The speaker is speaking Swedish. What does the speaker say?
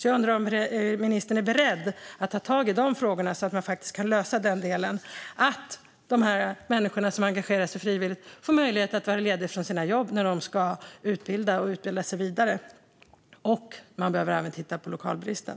Jag undrar om ministern är beredd att ta tag i de frågorna, så att man kan lösa den delen och så att människor som engagerar sig frivilligt får möjlighet att vara lediga från sina jobb när de ska utbilda och utbilda sig vidare. Man behöver även titta på lokalbristen.